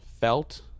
Felt